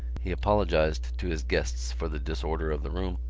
he apologised to his guests for the disorder of the room,